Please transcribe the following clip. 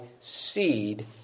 seed